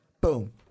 Boom